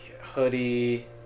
hoodie